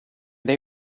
they